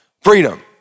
Freedom